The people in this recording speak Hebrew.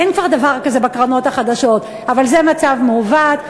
אין כבר דבר כזה בקרנות החדשות, וזה מצב מעוות.